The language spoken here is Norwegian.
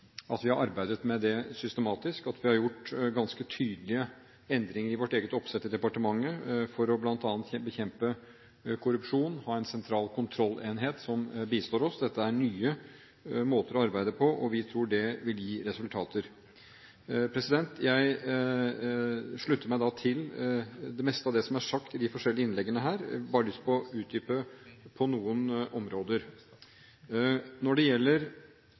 at vi har arbeidet med det systematisk, og at vi har gjort ganske tydelige endringer i vårt eget oppsett i departementet for bl.a. å bekjempe korrupsjon, ha en sentral kontrollenhet som bistår oss. Dette er nye måter å arbeide på, og vi tror det vil gi resultater. Jeg slutter meg til det meste av det som er sagt i de forskjellige innleggene her. Jeg har bare lyst til å utdype på noen områder. Når det gjelder